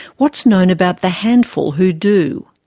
what is known about the handful who do?